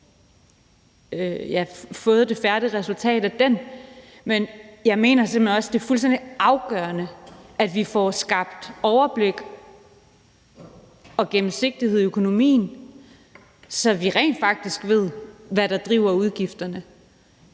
man har fået det færdige resultat af strukturreformen, dels til, og det mener jeg simpelt hen også er fuldstændig afgørende, vi får skabt overblik over og gennemsigtighed i økonomien, så vi rent faktisk ved, hvad der driver udgifterne,